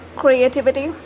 creativity